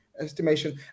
estimation